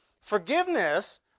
forgiveness